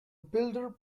builder